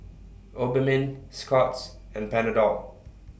Obimin Scott's and Panadol